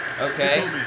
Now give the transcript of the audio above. Okay